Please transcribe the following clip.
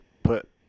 put